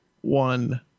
one